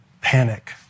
panic